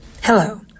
Hello